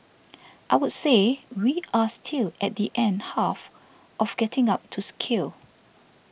I would say we are still at the end half of getting up to scale